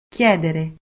Chiedere